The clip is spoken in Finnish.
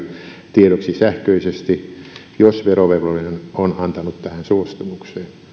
tiedoksi sähköisesti jos verovelvollinen on antanut tähän suostumuksen